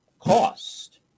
Cost